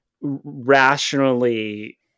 rationally